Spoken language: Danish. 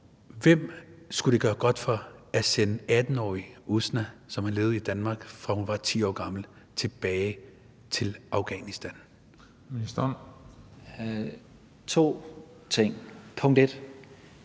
det skulle gøre godt for at sende 18-årige Usna, som har levet i Danmark fra hun var 10 år gammel, tilbage til Afghanistan? Kl. 16:13 Den fg.